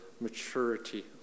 maturity